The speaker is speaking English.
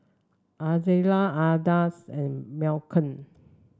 Ozella Ardis and Malcolm